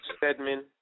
Stedman